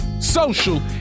social